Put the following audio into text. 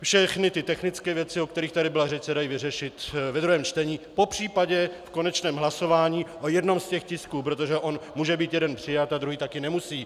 Všechny technické věci, o kterých tady byla řeč, se dají vyřešit ve druhém čtení, popř. v konečném hlasování o jednom z těch tisků, protože on může být jeden přijat a druhý taky nemusí.